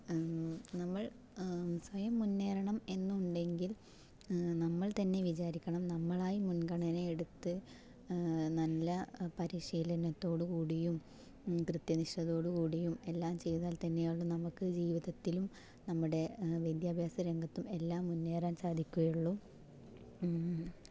നമ്മൾ സ്വയം മുന്നേറണം എന്നുണ്ടെങ്കിൽ നമ്മൾ തന്നെ വിചാരിക്കണം നമ്മളായി മുൻഗണന എടുത്ത് നല്ല പരീശീലനത്തോട് കൂടിയും കൃത്യനിഷ്ടതയോടു കൂടിയും എല്ലാം ചെയ്താൽ തന്നെ ഉള്ളു നമുക്ക് ജീവിതത്തിലും നമ്മുടെ വിദ്യാഭ്യാസ രംഗത്തും എല്ലാം മുന്നേറാൻ സാധിക്കുകയുള്ളു